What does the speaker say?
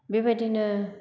बेबायदिनो